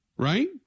Right